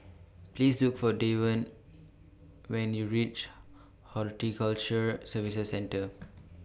Please Look For Davon when YOU REACH Horticulture Services Centre